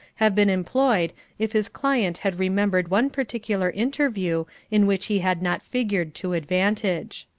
have been employed if his client had remembered one particular interview in which he had not figured to advantage.